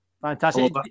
Fantastic